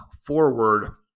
forward